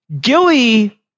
Gilly